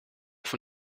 van